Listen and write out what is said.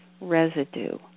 residue